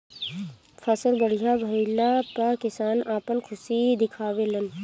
फसल बढ़िया भइला पअ किसान आपन खुशी दिखावे लन